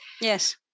Yes